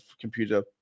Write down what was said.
computer